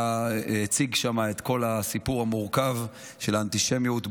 הוא הציג שם את כל הסיפור המורכב של האנטישמיות בעולם.